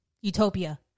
Utopia